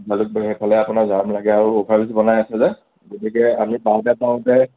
জালুকবাৰী সেইফালে আপোনাৰ জাম লাগে আৰু অ'ভাৰ ব্ৰীজ বনাই আছে যে গতিকে আমি পাওঁতে পাওঁতে